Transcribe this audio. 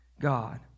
God